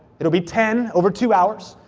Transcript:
it'll be ten over two hours,